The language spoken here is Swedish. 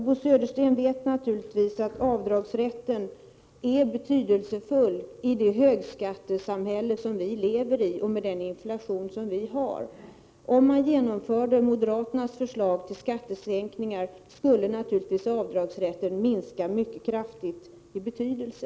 Bo Södersten vet naturligtvis att avdragsrätten är betydelsefull i det högskattesamhälle som vi lever i och med den inflation som vi har. Om man genomförde moderaternas förslag till skattesänkningar skulle naturligtvis avdragsrätten minska mycket kraftigt i betydelse.